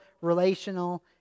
relational